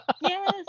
Yes